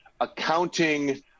accounting